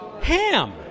Ham